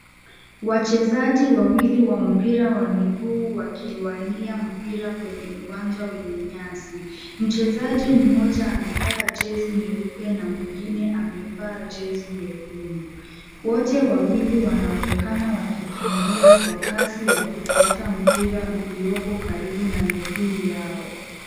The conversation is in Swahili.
Wachezaji wawili wa mpira wa miguu wakiwania mpira kwenye uwanja wenye nyasi. Mchezaji mmoja amevaa jezi nyeupe na mwingine amevaa jezi nyekundu. Wote wawili wanaonekana wakikimbia kwa kasi wakifuata mpira ulioko karibu na miguu yao.